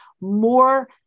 more